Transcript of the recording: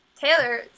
Taylor